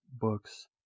books